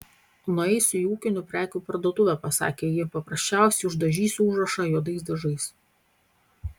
nueisiu į ūkinių prekių parduotuvę pasakė ji paprasčiausiai uždažysiu užrašą juodais dažais